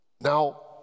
Now